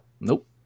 Nope